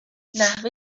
نحوه